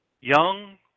young